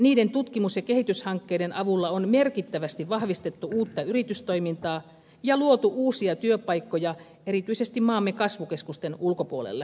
niiden tutkimus ja kehityshankkeiden avulla on merkittävästi vahvistettu uutta yritystoimintaa ja luotu uusia työpaikkoja erityisesti maamme kasvukeskusten ulkopuolelle